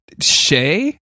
Shay